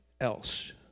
else